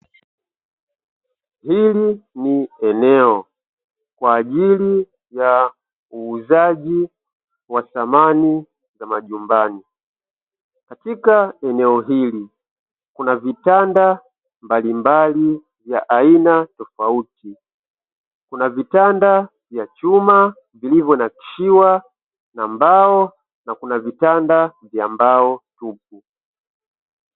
Hili ni eneo kwa ajili ya uuzaji wa thamani za majumbani, katika eneo hili kuna vitanda mbalimbali vya aina tofauti. Kuna vitanda vya chuma vilivyonakishiwa na mbao na kuna vitanda vya mbao tupu.